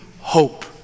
hope